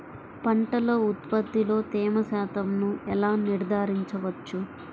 పంటల ఉత్పత్తిలో తేమ శాతంను ఎలా నిర్ధారించవచ్చు?